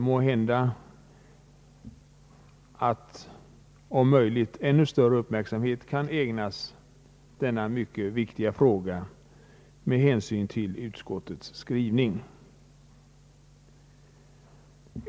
Måhända kan i framtiden, med hänsyn till utskottets skrivning, ännu större uppmärksamhet ägnas dessa mycket viktiga ärenden.